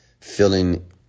Feeling